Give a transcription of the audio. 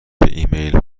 ایمیل